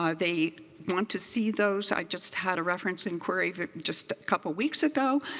ah they want to see those. i just had a reference inquiry just a couple weeks ago.